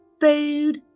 Food